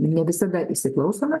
ne visada įsiklausome